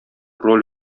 роль